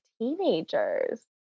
teenagers